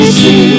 see